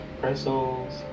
pretzels